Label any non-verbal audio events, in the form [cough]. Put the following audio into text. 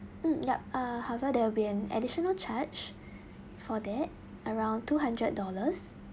mm yup uh however there will be an additional charge [breath] for that around two hundred dollars